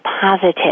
positive